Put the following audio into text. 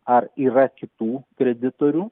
ar yra kitų kreditorių